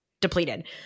depleted